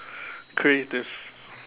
creatives